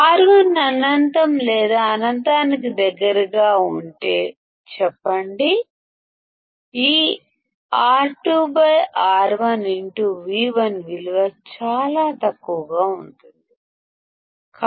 R1 అనంతం లేదా అనంతానికి దగ్గరగా ఉంది అందాం ఈ R2R1Vi విలువ చాలా తక్కువగా ఉంటుంది